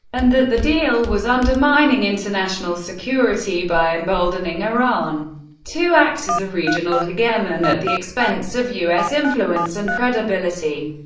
and that the deal was undermining international security by emboldening iran to act as a regional hegemon, at the expense of u s. influence and credibility.